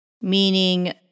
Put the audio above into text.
Meaning